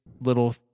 little